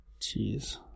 jeez